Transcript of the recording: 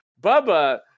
Bubba